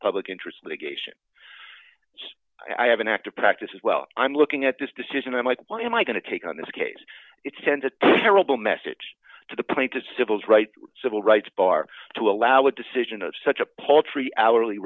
public interest litigation i have an active practice is well i'm looking at this decision i'm like why am i going to take on this case it sends a terrible message to the plane to civil rights civil rights bar to allow a decision of such a paltry hourly